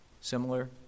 similar